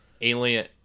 Alien